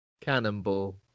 Cannonball